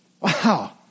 Wow